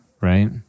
right